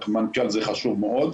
רק מנכ"ל זה חשוב מאוד.